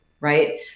right